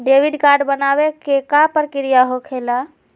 Debit card बनवाने के का प्रक्रिया होखेला?